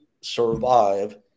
survive